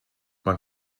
man